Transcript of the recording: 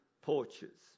porches